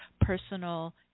personal